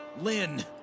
Lynn